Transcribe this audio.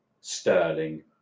Sterling